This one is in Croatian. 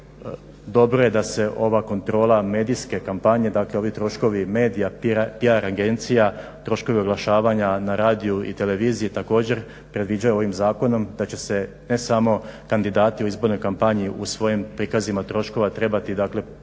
dobro je da se ova kontrola medijske kompanije dakle ovi troškovi medija, pjar agencija, troškovi oglašavanja na radiju i televiziji također predviđa ovim zakonom, da će se ne samo kandidati u izbornoj kompaniji u svojim prikazima troškovima trebati